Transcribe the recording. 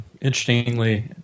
interestingly